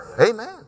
Amen